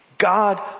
God